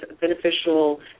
beneficial